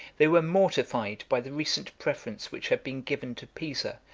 they were mortified by the recent preference which had been given to pisa,